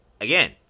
again